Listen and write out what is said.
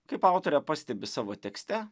kaip autorė pastebi savo tekste